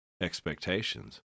expectations